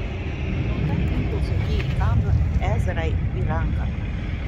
pagauta impulso ji įkando ezrai į ranką